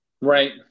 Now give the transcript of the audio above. Right